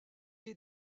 est